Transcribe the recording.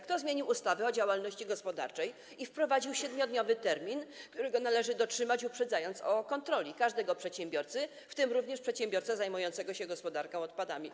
Kto zmienił ustawę o działalności gospodarczej i wprowadził 7-dniowy termin, którego należy dotrzymać, uprzedzając o kontroli każdego przedsiębiorcę, w tym również przedsiębiorcę zajmującego się gospodarką odpadami?